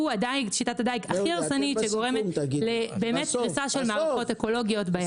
שהוא שיטת הדיג הכי הרסנית שגורמת לקריסה של מערכות אקולוגיות בים.